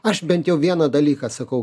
aš bent jau vieną dalyką sakau